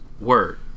Word